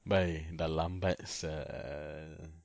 bai dah lambat sia